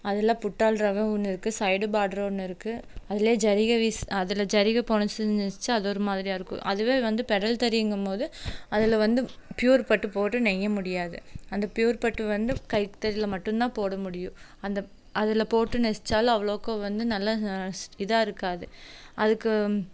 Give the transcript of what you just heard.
அதில் புட்டா ரகம் ஒன்று இருக்கு சைடு பாட்ரு ஒன்று இருக்கு அதுலேயே சரிகை அதில் ஜரிகை பொனச்சிருந்துச்சின்னா அது ஒரு மாதிரியாக இருக்கும் அதுவே வந்து பெடல் தறிங்கும் போது அதில் வந்து பியூர் பட்டு போட்டு நெய்ய முடியாது அந்த பியூர் பட்டு வந்து கைத்தறியில் மட்டுந்தான் போடமுடியும் அந்த அதில் போட்டு நெசிச்சாலும் அவ்வளோவுக்கு வந்து நல்லா இதாக இருக்காது அதுக்கு